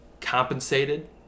compensated